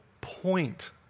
point